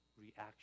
reaction